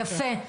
יפה.